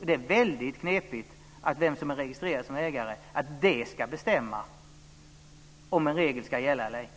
Det är väldigt knepigt att detta med vem som är registrerad som ägare ska bestämma om en regel ska gälla eller ej.